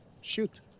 shoot